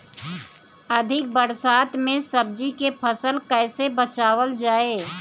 अधिक बरसात में सब्जी के फसल कैसे बचावल जाय?